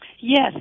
Yes